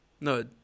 No